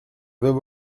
veuve